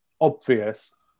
obvious